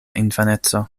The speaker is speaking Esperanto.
infaneco